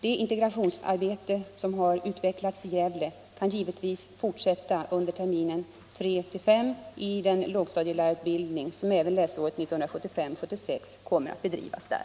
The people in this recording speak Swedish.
Det integrationsarbete som har utvecklats i Gävle kan givetvis fortsätta under termin 3-5 i den lågstadielärarutbildning som även läsåret 1975/76 kommer att bedrivas där.